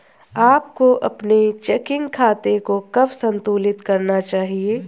आपको अपने चेकिंग खाते को कब संतुलित करना चाहिए?